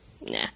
nah